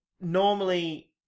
Normally